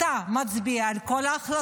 אתה מצביע על כל ההחלטות,